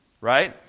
right